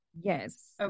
Yes